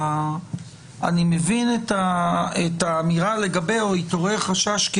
אני מבין את האמירה לגביה "התעורר חשש כי